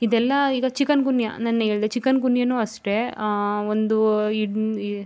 ಇದೆಲ್ಲ ಈಗ ಚಿಕನ್ಗುನ್ಯ ನಾನು ಹೇಳ್ದೆ ಚಿಕನ್ಗುನ್ಯನು ಅಷ್ಟೆ ಒಂದು